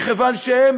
כיוון שהן,